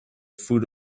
food